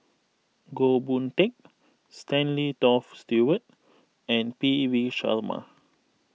Goh Boon Teck Stanley Toft Stewart and P V Sharma